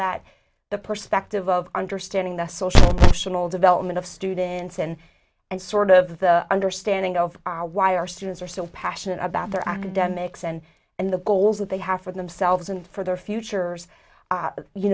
that the perspective of understanding the social development of students in and sort of understanding of why our students are so passionate about their academics and and the goals that they have for themselves and for their futures